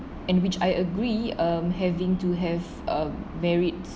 in which I agree um having to have a merits